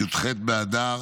י"ח באדר